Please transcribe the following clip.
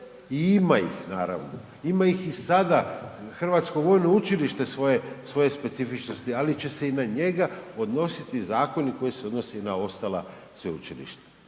ima ih naravno. Ima ih i sada, HVU svoje, svoje specifičnosti, ali će se i na njega odnositi zakoni koji se odnosi na ostala sveučilišta